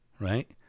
right